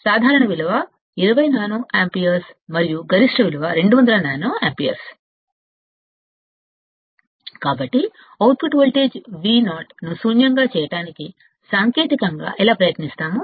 సాధారణ విలువ 20 నానో యాంపీయర్లు మరియు గరిష్ట విలువ 200 నానోయాంపీయర్లు కాబట్టి అవుట్పుట్ వోల్టేజ్ Vo ను శూన్యంగా చేయడానికి సాంకేతికంగా ఎలా ప్రయత్నిస్తాము